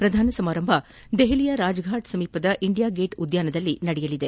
ಪ್ರಧಾನ ಸಮಾರಂಭ ದೆಹಲಿಯ ರಾಜ್ಫಾಟ್ ಬಳಿಯ ಇಂಡಿಯಾ ಗೇಟ್ ಉದ್ಘಾನದಲ್ಲಿ ನಡೆಯಲಿದೆ